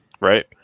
Right